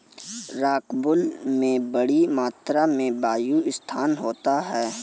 rockwool में बड़ी मात्रा में वायु स्थान होता है